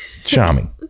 Charming